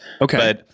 Okay